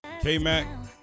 K-Mac